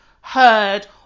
heard